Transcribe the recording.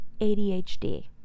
ADHD